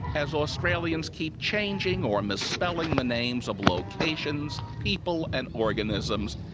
as australians keep changing or misspelling the names of locations, people and organisms,